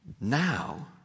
now